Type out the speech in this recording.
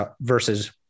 versus